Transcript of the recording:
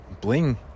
bling